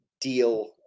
deal